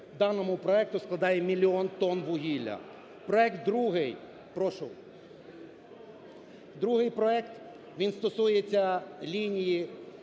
Другий проект, він стосується лінії